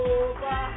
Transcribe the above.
over